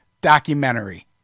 documentary